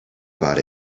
about